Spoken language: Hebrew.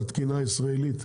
לפי התקינה הישראלית.